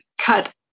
cut